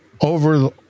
over